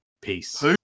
Peace